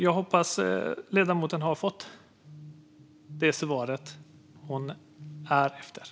Jag hoppas att ledamoten har fått det svar som hon ville ha.